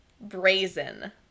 Brazen